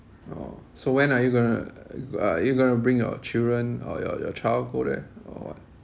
orh so when are you gonna are you gonna bring your children or your your child go there or what